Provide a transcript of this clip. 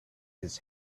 his